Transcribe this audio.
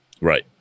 Right